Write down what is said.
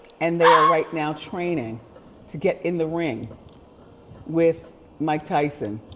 and they are right now training to get in the ring with mike tyson,